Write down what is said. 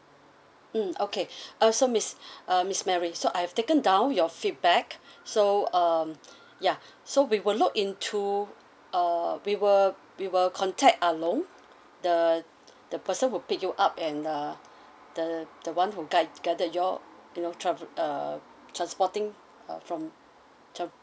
mm okay uh so miss uh miss mary so I've taken down your feedback so um ya so we will look into uh we will we will contact ah loong the the person who picked you up and uh the the one who guide guided you all you know travelled uh transporting uh from trav~